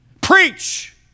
preach